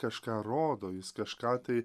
kažką rodo jis kažką tai